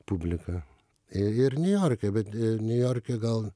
publika i ir niujorke bet niujorke gal